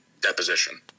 deposition